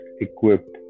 equipped